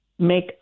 make